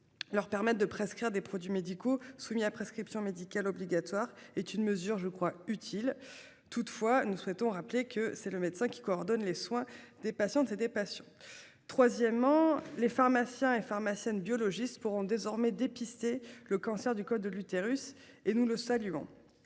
Leur permettent de prescrire des produits médicaux soumis à prescription médicale obligatoire est une mesure je crois utile. Toutefois, nous souhaitons rappeler que c'est le médecin qui coordonne les soins des patientes et des patients. Troisièmement, les pharmaciens et pharmaciennes biologiste pourront désormais dépister le cancer du col de l'utérus et nous le saluons.